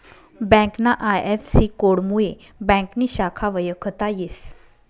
ब्यांकना आय.एफ.सी.कोडमुये ब्यांकनी शाखा वयखता येस